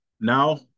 Now